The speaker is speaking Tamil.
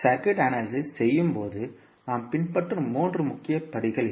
சர்க்யூட் அனாலிசிஸ் செய்யும் போது நாம் பின்பற்றும் மூன்று முக்கிய படிகள் இவை